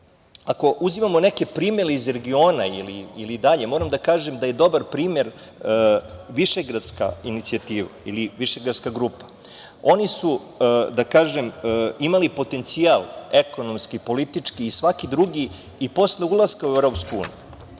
EU.Ako uzimamo neke primere iz regiona ili dalje, moram da kažem da je dobar primer Višegradska inicijativa ili Višegradska grupa. Oni su imali potencijal ekonomski i politički i svaki drugi i posle ulaska u EU.Sa druge